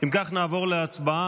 אם כך, נעבור להצבעה.